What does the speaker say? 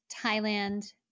Thailand